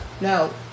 no